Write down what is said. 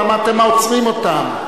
למה אתם עוצרים אותן?